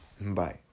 Bye